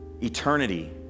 eternity